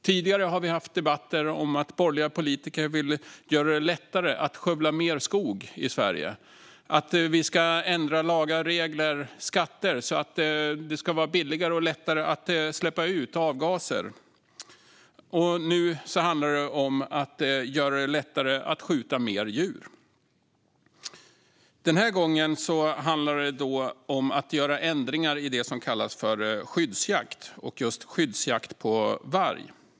Tidigare har vi haft debatter om att borgerliga politiker vill göra det lättare att skövla mer skog i Sverige eller vill att vi ska ändra lagar, regler och skatter så att det ska bli billigare och lättare att släppa ut avgaser. Nu handlar det om att göra det lättare att skjuta fler djur. Den här gången handlar det om att göra ändringar i det som kallas för skyddsjakt på varg.